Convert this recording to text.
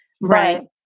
right